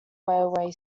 railway